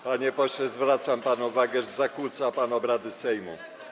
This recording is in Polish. Panie pośle, zwracam panu uwagę, że zakłóca pan obrady Sejmu.